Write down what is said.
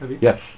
Yes